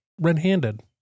Red-handed